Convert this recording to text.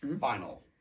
Final